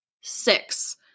Six